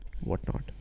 whatnot